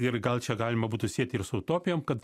ir gal čia galima būtų siet ir su utopijom kad